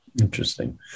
Interesting